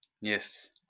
Yes